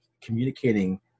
communicating